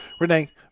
Renee